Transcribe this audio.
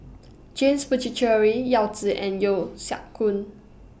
James Puthucheary Yao Zi and Yeo Siak Goon